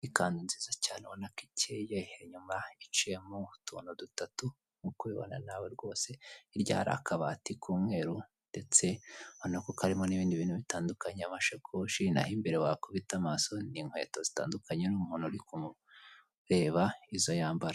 Ikanzu nziza cyane ubona ko ikeye inyuma iciyemo utuntu dutatu nkuko ubibana nawe rwose hirya hari akabati k'umweru ndetse ubona ko karimo n'ibindi bintu bitandukanye amashikoshi naho imbere wakubita amaso ni inkweto zitandukanye n'umuntu arikumureba izo yambara.